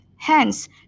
Hence